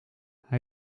hij